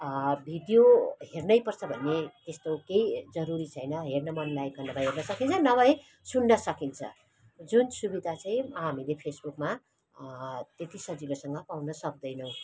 video हेर्नै पर्छ भन्ने त्यस्तो केही जरुरी छैन हेर्न मन लागेकको बेलामा हेर्न सकिन्छ नभए सुन्न सकिन्छ जुन सुविधा चाहिँ हामीले फेसबुकमा त्यति सजिलोसँग पाउन सक्दैनौँ